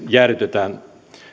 jäädytetään